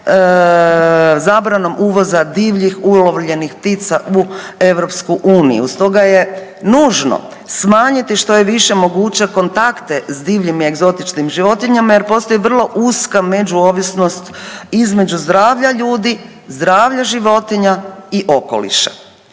zabranom uvoza divljih ulovljenih ptica u EU. Stoga je nužno smanjiti što je više moguće kontakte s divljim i egzotičnim životinjama jer postoji vrlo uska međuovisnost između zdravlja ljudi, zdravlja životinja i okoliša.